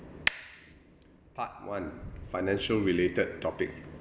part one financial related topic